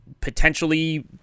potentially